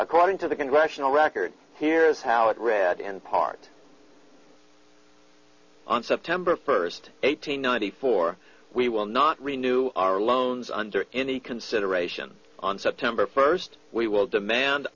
according to the congressional record here is how it read in part on september first eight hundred ninety four we will not renew our loans under any consideration on september first we will demand